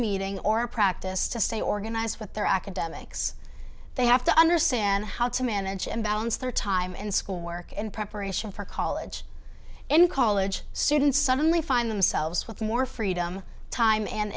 meeting or practice to stay organized with their academics they have to understand how to manage and balance their time in school work in preparation for college in college students suddenly find themselves with more freedom time and